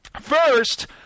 First